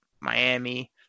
Miami